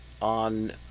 On